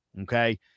Okay